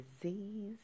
disease